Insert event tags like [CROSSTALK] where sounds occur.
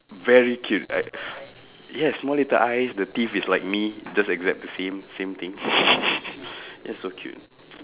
very cute I [BREATH] yes small little eyes the teeth is like me just exact the same same thing [LAUGHS] [BREATH] ya so cute